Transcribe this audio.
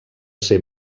ser